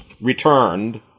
returned